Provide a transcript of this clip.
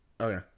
Okay